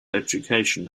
education